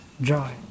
joy